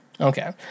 Okay